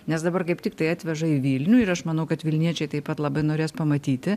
nes dabar kaip tiktai atveža į vilnių ir aš manau kad vilniečiai taip pat labai norės pamatyti